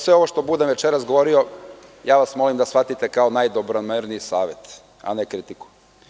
Sve ovo što budem večeras govorio, ja vas molim da shvatite kao najdobronamerniji savet, a ne kritiku.